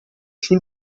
sul